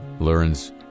Learns